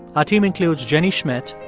our team includes jenny schmidt,